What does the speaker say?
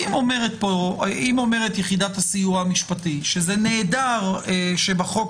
אם אומרת יחידת הסיוע המשפטי שזה נהדר שבחוק